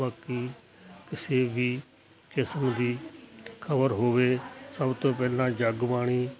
ਬਾਕੀ ਕਿਸੇ ਵੀ ਕਿਸਮ ਦੀ ਖ਼ਬਰ ਹੋਵੇ ਸਭ ਤੋਂ ਪਹਿਲਾਂ ਜਗ ਬਾਣੀ